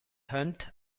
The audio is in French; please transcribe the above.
hunt